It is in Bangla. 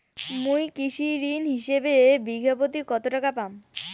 মুই কৃষি ঋণ হিসাবে বিঘা প্রতি কতো টাকা পাম?